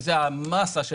שזו המאסה של